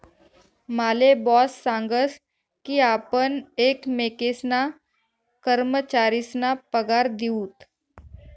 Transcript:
माले बॉस सांगस की आपण एकमेकेसना कर्मचारीसना पगार दिऊत